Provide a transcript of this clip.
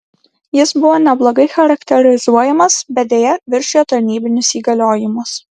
jis buvo neblogai charakterizuojamas bet deja viršijo tarnybinius įgaliojimus